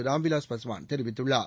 ராம்விலாஸ் பாஸ்வான் தெரிவித்துள்ளார்